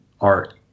art